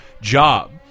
job